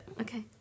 Okay